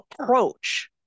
approach